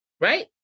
right